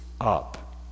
up